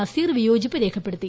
നസീർ വിയോജിപ്പ് രേഖപ്പെടുത്തി